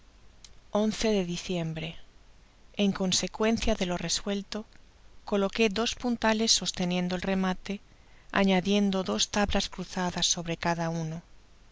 de diciembre en consecuencia de lo resuelto coloqué dos puntales sosteniendo el remate añadiendo dos tablas cruzadas sobre cada uno